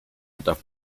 otros